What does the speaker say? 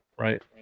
Right